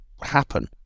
happen